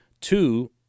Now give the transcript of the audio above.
two